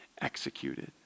executed